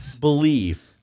believe